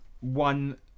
one